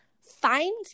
find